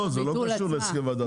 לא, זה לא קשור להסכמת ועדת השרים.